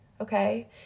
okay